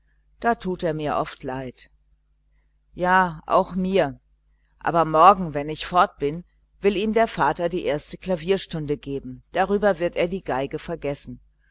da tut er mir oft leid ja mir auch aber morgen wenn ich fort bin will ihm der vater die erste klavierstunde geben darüber wird er die violine vergessen